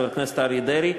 חבר הכנסת אריה דרעי,